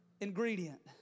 ingredient